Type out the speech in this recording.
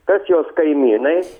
kas jos kaimynai